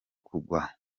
kugwa